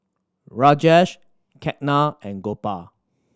Rajesh Ketna and Gopal